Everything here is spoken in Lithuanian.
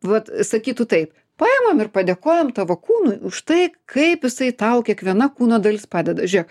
vat sakytų taip paimam ir padėkojam tavo kūnui už tai kaip jisai tau kiekviena kūno dalis padeda žiūrėk